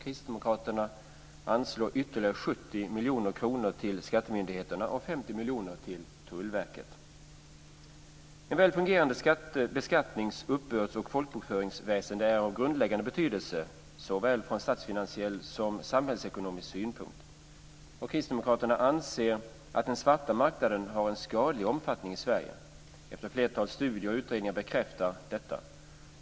Kristdemokraterna anvisar ytterligare 70 miljoner kronor till skattemyndigheterna och 50 miljoner till Tullverket. Ett väl fungerande beskattnings-, uppbörds och folkbokföringsväsende är av grundläggande betydelse såväl från statsfinansiell som från samhällsekonomisk synpunkt. Kristdemokraterna anser att den svarta marknaden har en skadlig omfattning i Sverige. Ett flertal studier och utredningar bekräftar detta.